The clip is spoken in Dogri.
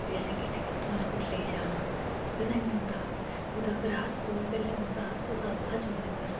असें किट्ठियां उत्थूं स्कूलै गी जाना कदें निंहा होंदा स्कूलै शा ओह्दा घर पैह्लै औंदा हा फ्ही मेरा घर औंदा हा